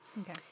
Okay